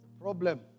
problem